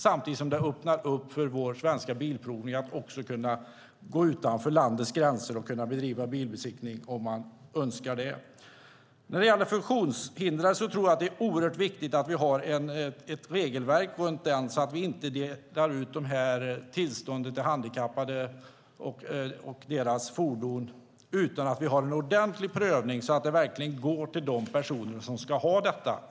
Samtidigt öppnar detta för vår svenska bilprovning att bedriva bilbesiktning utanför landets gränser. I fråga om funktionshindrade är det oerhört viktigt att det finns ett regelverk så att inte parkeringstillstånd till handikappade delas ut utan en ordentlig prövning. Tillstånden ska gå till de personer som ska ha dem.